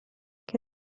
che